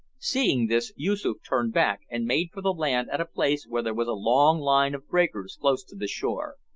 seeing this, yoosoof turned back and made for the land at a place where there was a long line of breakers close to the shore.